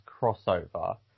crossover